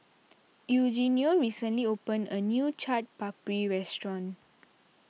Eugenio recently opened a new Chaat Papri restaurant